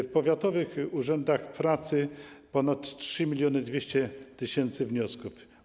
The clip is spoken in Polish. W powiatowych urzędach pracy - ponad 3200 tys. wniosków.